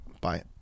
bye